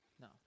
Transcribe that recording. No